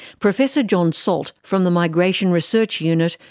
professor john salt from the migration research unit,